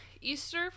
Easter